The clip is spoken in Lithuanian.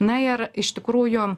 na ir iš tikrųjų